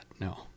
no